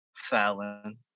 Fallon